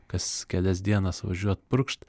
kas kelias dienas važiuot purkšt